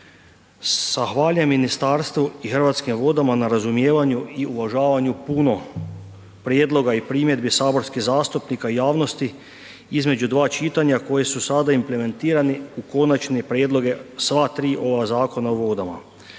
Zahvaljujem ministarstvu i Hrvatskim vodama na razumijevanju i uvažavanju puno prijedloga i primjedbi saborskih zastupnika javnosti između dva čitanja koje su sada implementirani u konačne prijedloge sva tri ova zakona o vodama